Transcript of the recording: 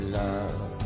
love